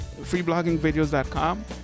freebloggingvideos.com